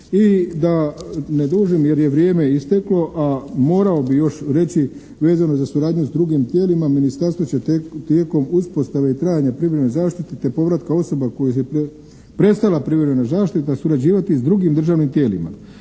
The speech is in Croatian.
I da ne dužim jer je vrijeme isteklo, a morao bih još reći vezano za suradnju s drugim tijelima, ministarstvo će tijekom uspostave i trajanja privremene zaštite te povratka osoba kojoj je prestala privremena zaštita surađivati s drugim državnim tijelima,